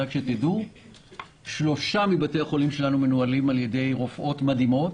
תדעו ששלושה מבתי החולים שלנו מנוהלים על ידי רופאות מדהימות.